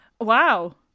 Wow